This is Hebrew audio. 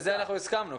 על זה אנחנו הסכמנו.